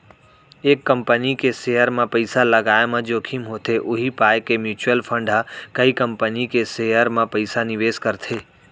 एक कंपनी के सेयर म पइसा लगाय म जोखिम होथे उही पाय के म्युचुअल फंड ह कई कंपनी के के सेयर म पइसा निवेस करथे